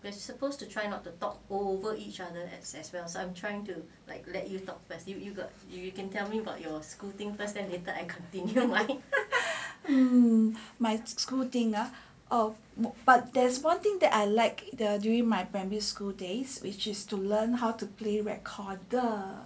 my um my school thing ah but there's one thing that I like there during my primary school days which is to learn how to play recorder